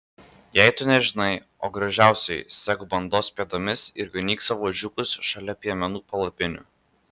jei tu nežinai o gražiausioji sek bandos pėdomis ir ganyk savo ožiukus šalia piemenų palapinių